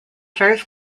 first